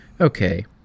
okay